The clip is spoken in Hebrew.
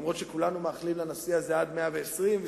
אף שכולנו מאחלים לנשיא הזה עד מאה-ועשרים,